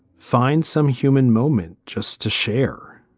find some human moment just to share.